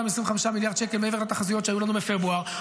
מ-25 מיליארד שקל מהתחזיות שהיו לנו בפברואר,